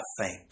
faint